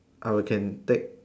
I will can take